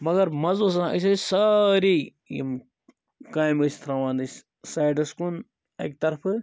مگر مَزٕ اوس آسان أسۍ ٲسۍ سٲری یِم کامہِ ٲسۍ ترٛاوان أسۍ سایڈَس کُن اکہِ طرفہٕ